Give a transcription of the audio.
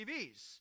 TVs